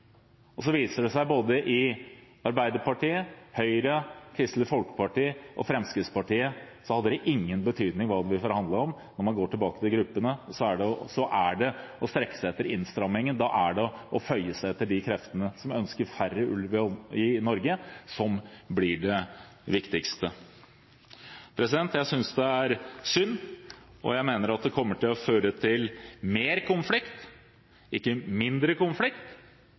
og så viser det seg at i både Arbeiderpartiet, Høyre, Kristelig Folkeparti og Fremskrittspartiet hadde det ingen betydning hva vi forhandlet om. Når man går tilbake til gruppene, er det å strekke seg etter innstramminger, å føye seg etter kreftene som ønsker færre ulv i Norge, som blir det viktigste. Jeg synes det er synd, og jeg mener det kommer til å føre til mer konflikt, ikke mindre konflikt.